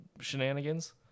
shenanigans